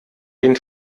den